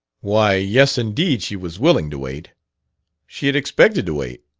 why, yes, indeed she was willing to wait she had expected to wait.